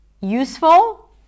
Useful